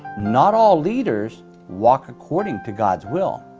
not all leaders walk according to god's will.